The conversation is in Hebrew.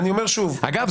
אני אומר שוב --- אגב,